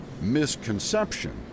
misconception